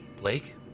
Blake